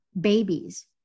babies